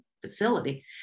facility